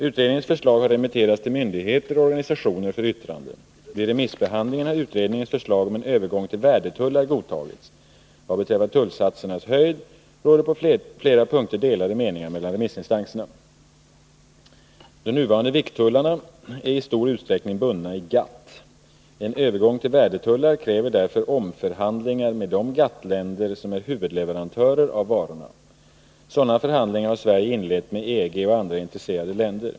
Utredningens förslag har remitterats till myndigheter och organisationer för yttrande. Vid remissbehandlingen har utredningens förslag om en övergång till värdetullar godtagits. Vad beträffar tullsatsernas höjd råder på flera punkter delade meningar mellan remissinstanserna. De nuvarande vikttullarna är i stor utsträckning bundna i GATT. En övergång till värdetullar kräver därför omförhandlingar med de GATT länder som är huvudleverantörer av varorna. Sådana förhandlingar har Sverige inlett med EG och andra intresserade länder.